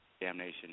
damnation